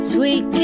Sweet